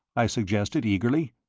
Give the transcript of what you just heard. i suggested, eagerly.